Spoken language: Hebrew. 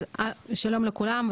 שלום לכולם,